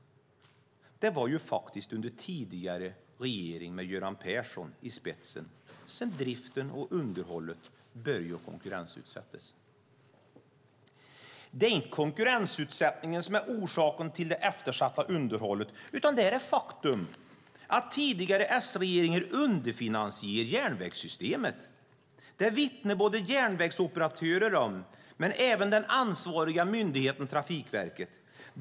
Det var ju faktiskt under tidigare regering med Göran Persson i spetsen som driften och underhållet började konkurrensutsättas. Det är inte konkurrensutsättningen som är orsaken till det eftersatta underhållet, utan det är det faktum att tidigare S-regeringar underfinansierat järnvägssystemet. Detta vittnar både järnvägsentreprenörerna och den ansvariga myndigheten Trafikverket om.